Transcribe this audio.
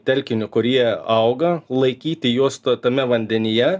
telkinio kur jie auga laikyti juos to tame vandenyje